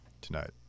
Tonight